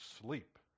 sleep